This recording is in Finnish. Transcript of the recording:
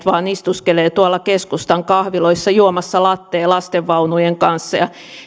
vain istuskelevat tuolla keskustan kahviloissa juomassa lattea lastenvaunujen kanssa